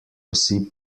vsi